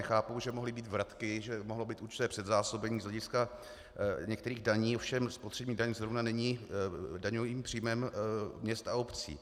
Chápu, že mohly být vratky, že mohlo být určité předzásobení z hlediska některých daní, ovšem spotřební daň zrovna není daňovým příjmem měst a obcí.